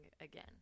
again